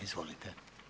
Izvolite.